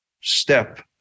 step